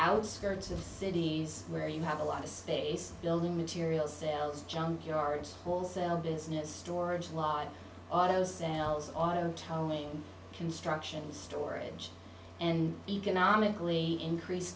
outskirts of cities where you have a lot of space building materials sales junkyards wholesale business storage lot auto sales auto tele construction storage and economically increased